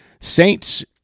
Saints